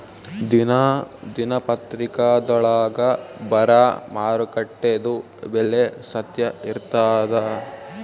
ದಿನಾ ದಿನಪತ್ರಿಕಾದೊಳಾಗ ಬರಾ ಮಾರುಕಟ್ಟೆದು ಬೆಲೆ ಸತ್ಯ ಇರ್ತಾದಾ?